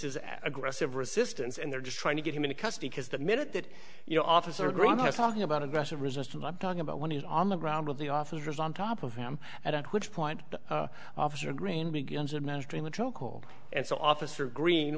an aggressive resistance and they're just trying to get him into custody because the minute that you know officer grant talking about aggressive resistance i'm talking about when he's on the ground of the officers on top of him at which point the officer green begins administering the chokehold and so officer green